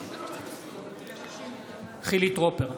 אינו נוכח חילי טרופר,